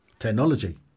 technology